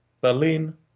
Berlin